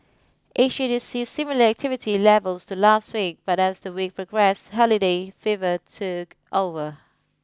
Asia did see similar activity levels to last week but as the week progress holiday fever took over